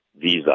visa